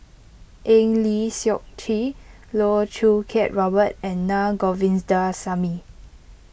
Eng Lee Seok Chee Loh Choo Kiat Robert and Na Govindasamy